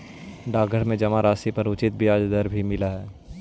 डाकघर में जमा राशि पर उचित ब्याज दर भी मिलऽ हइ